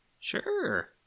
sure